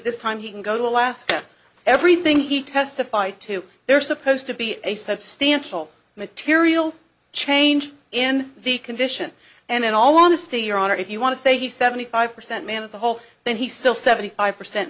this time he can go to alaska everything he testified to there are supposed to be a substantial material change in the condition and in all honesty your honor if you want to say he seventy five percent man is a whole then he still seventy five percent